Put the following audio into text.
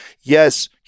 yes